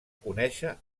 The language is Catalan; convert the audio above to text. conèixer